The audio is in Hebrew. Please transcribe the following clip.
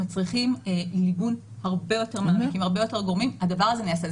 מצריכים ליבון הרבה יותר מעמיק עם הרבה יותר גורמים הדבר הזה נעשה.